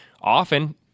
often